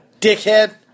dickhead